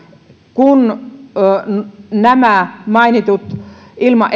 kun näiden mainittujen ilman